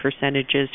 percentages